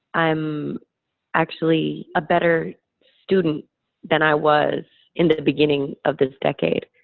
i'm actually a better student than i was in the beginning of this decade.